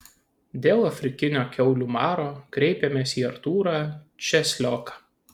dėl afrikinio kiaulių maro kreipėmės į artūrą česlioką